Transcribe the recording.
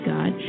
God